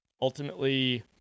ultimately